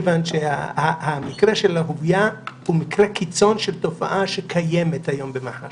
מכיוון שהמקרה של אהוביה הוא מקרה קיצון של תופעה שקיימת היום במח"ש